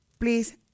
Please